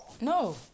No